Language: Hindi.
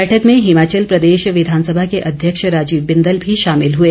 बैठक में हिमाचल प्रदेश विधानसभा के अध्यक्ष राजीव बिंदल भी शामिल हुए